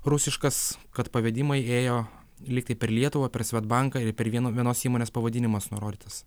rusiškas kad pavedimai ėjo lygtai per lietuvą per svedbanką ir per vieno vienos įmonės pavadinimas nurodytas